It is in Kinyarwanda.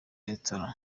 restaurant